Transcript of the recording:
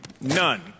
None